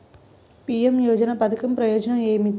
PM యోజన పధకం ప్రయోజనం ఏమితి?